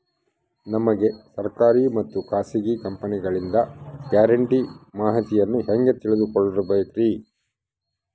ನಮಗೆ ಸರ್ಕಾರಿ ಮತ್ತು ಖಾಸಗಿ ಕಂಪನಿಗಳಿಂದ ಗ್ಯಾರಂಟಿ ಮಾಹಿತಿಯನ್ನು ಹೆಂಗೆ ತಿಳಿದುಕೊಳ್ಳಬೇಕ್ರಿ?